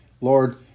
Lord